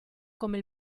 come